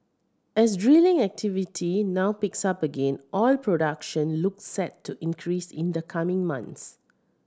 as drilling activity now picks up again oil production looks set to increase in the coming months